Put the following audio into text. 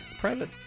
private